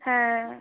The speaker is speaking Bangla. হ্যাঁ